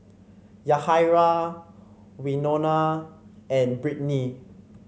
Yahaira Wynona and Brittney